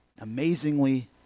Amazingly